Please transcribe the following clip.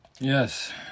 Yes